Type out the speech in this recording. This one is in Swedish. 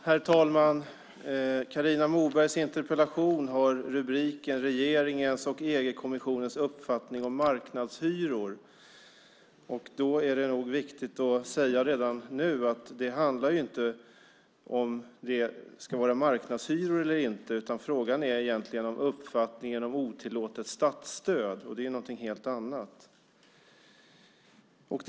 Herr talman! Carina Mobergs interpellation har rubriken Regeringens och EG-kommissionens uppfattning om marknadshyror. Det är nog viktigt att säga redan nu att det inte handlar om ifall vi ska ha marknadshyror eller inte. Frågan gäller egentligen uppfattningen om otillåtet statsstöd, och det är någonting helt annat.